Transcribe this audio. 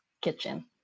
kitchen